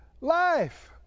life